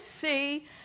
see